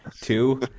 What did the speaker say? two